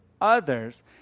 others